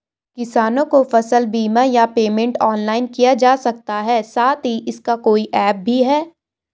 किसानों को फसल बीमा या पेमेंट ऑनलाइन किया जा सकता है साथ ही इसका कोई ऐप भी है?